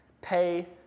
Pay